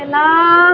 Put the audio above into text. त्यांना